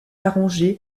arrangé